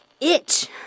itch